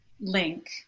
Link